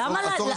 למה למה?